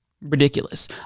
ridiculous